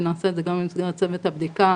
ונעשה את זה גם במסגרת צוות הבדיקה,